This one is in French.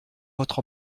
votre